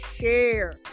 share